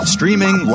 Streaming